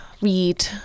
read